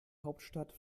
hauptstadt